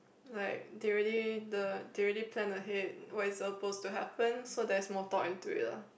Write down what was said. like they really the they really plan ahead what is supposed to happen so there's more thought into it lah